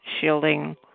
shielding